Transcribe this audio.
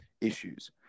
issues